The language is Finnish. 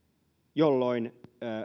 jolloin